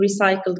recycled